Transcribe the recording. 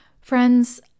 Friends